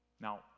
Now